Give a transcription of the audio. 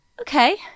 okay